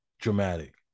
dramatic